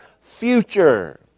future